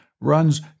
runs